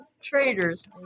traders